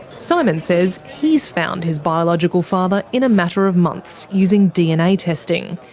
simon says he's found his biological father in a matter of months using dna testing,